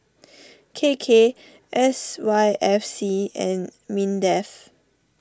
K K S Y F C and Mindef